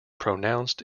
pronounced